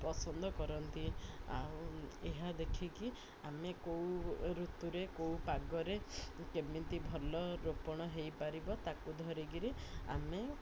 ପସନ୍ଦ କରନ୍ତି ଆଉ ଏହା ଦେଖିକି ଆମେ କେଉଁ ଋତୁରେ କେଉଁ ପାଗରେ କେମିତି ଭଲ ରୋପଣ ହେଇପାରିବ ତାକୁ ଧରି କରି ଆମେ